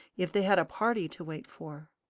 if they had a party to wait for.